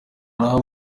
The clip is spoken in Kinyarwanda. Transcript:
naho